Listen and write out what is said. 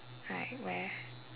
like where